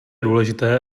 důležité